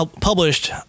published